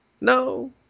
no